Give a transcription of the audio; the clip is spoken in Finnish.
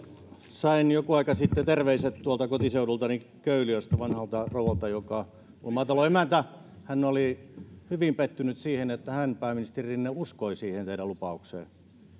sain joku aika sitten terveiset tuolta kotiseudultani köyliöstä vanhalta rouvalta joka on maatalon emäntä hän oli hyvin pettynyt siihen että hän uskoi siihen teidän lupaukseenne pääministeri rinne